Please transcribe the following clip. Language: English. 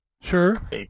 Sure